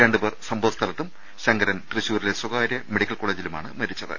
രണ്ടുപേർ സംഭവസ്ഥലത്തും ശങ്കരൻ തൃശൂരിലെ സ്വകാര്യ മെഡിക്കൽ കോളേജിലുമാണ് മരിച്ചത്